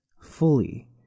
fully